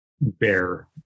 bear